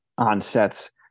onsets